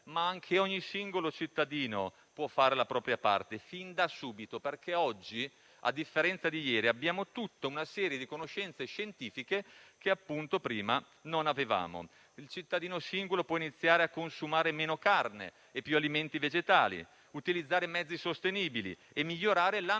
Anche ogni singolo cittadino può fare però la propria parte fin da subito perché oggi, a differenza di ieri, abbiamo tutta una serie di conoscenze scientifiche che prima non avevamo. Il cittadino singolo può iniziare a consumare meno carne e più alimenti vegetali, utilizzare mezzi sostenibili e migliorare l'ambientalizzazione